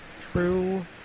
true